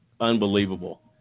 unbelievable